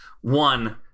one